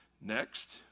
Next